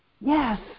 Yes